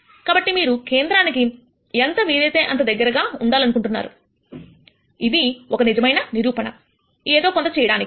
కాబట్టి మీరు కేంద్రానికి ఎంత వీలైతే అంత దగ్గరగా ఉండాలనుకుంటారు ఇది ఒక నిజమైన నిరూపణ ఏదో కొంత చేయడానికి